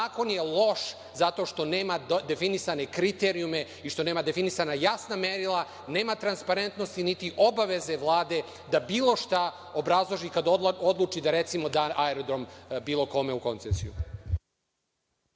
Zakon je loš, zato što nema definisane kriterijume i što nema definisana jasna merila, nema transparentnosti, niti obaveze Vlade da bilo šta obrazloži kad odluči da recimo da aerodrom bilo kome u koncesiju.